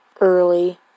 early